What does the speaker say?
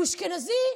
הוא אשכנזי?